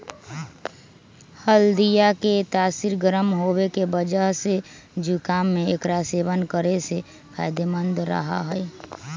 हल्दीया के तासीर गर्म होवे के वजह से जुकाम में एकरा सेवन करे से फायदेमंद रहा हई